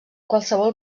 qualsevol